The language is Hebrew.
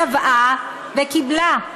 תבעה, וקיבלה.